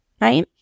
right